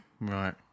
Right